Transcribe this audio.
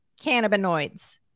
cannabinoids